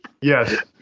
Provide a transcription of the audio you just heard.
Yes